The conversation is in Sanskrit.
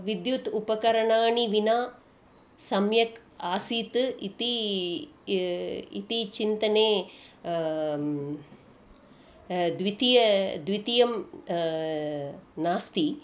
विद्युत् उपकरणानां विना सम्यक् आसीत् इति इति चिन्तने द्वितीयं द्वितीयं नास्ति